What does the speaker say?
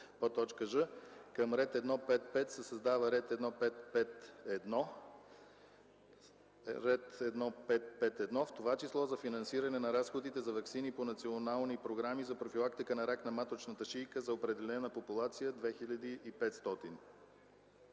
към ред 1.5.5 се създава ред 1.5.5.1: „1.5.5.1. в т.ч. за финансиране на разходите за ваксини по национални програми за профилактика на рак на маточната шийка за определена популация – 2 500”.